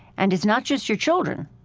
and it's not just your children.